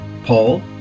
Paul